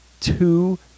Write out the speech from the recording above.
two